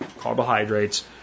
carbohydrates